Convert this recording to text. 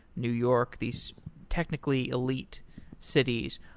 new york, these technically elite cities,